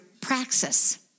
praxis